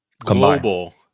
global